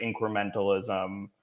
incrementalism